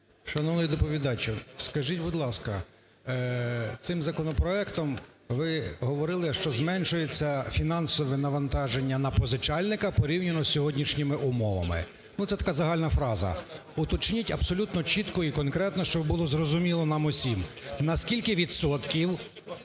Шановний доповідачу, скажіть, будь ласка, цим законопроектом ви говорили, що зменшується фінансове навантаження на позичальника порівняно з сьогоднішніми умовами ну, це така загальна фраза. Уточніть абсолютно чітко і конкретно, щоб було зрозуміло нам усім, наскільки відсотків